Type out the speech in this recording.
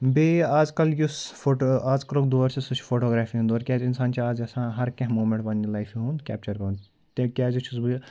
بیٚیہِ آزکَل یُس فوٹو آزکَلُک دور چھُ سُہ چھُ فوٹوگرافی ہُنٛد دور کیٛازِ اِنسان چھُ اَز یژھان ہر کیٚنٛہہ موٗمنٛٹ پنٛنہِ لایفہِ ہُنٛد کٮ۪پچَر کَرُن تِکیٛازِ چھُس بہٕ